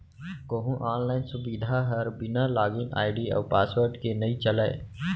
कोहूँ आनलाइन सुबिधा हर बिना लॉगिन आईडी अउ पासवर्ड के नइ चलय